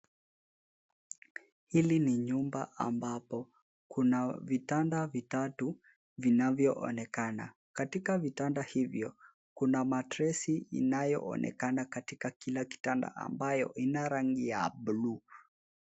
Hili ni nyumba ambapo kuna vitanda vitatu vinavyoonekana. Katika vitanda hivyo kuna matresi inayoonekana katika kila kitanda ambayo ina rangi ya buluu.